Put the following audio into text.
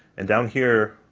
and down here